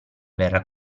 verrà